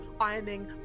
ironing